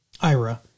Ira